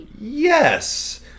Yes